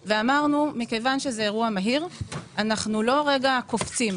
ואמרנו, מכיוון שזה אירוע מהיר, אנחנו לא קופצים